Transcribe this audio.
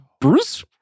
Bruce